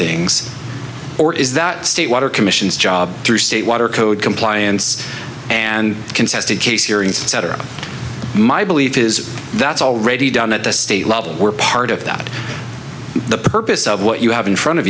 things or is that state water commission's job through state water code compliance and contested case hearings and cetera my belief is that's already done at the state level were part of that the purpose of what you have in front of